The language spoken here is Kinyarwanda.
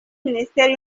minisiteri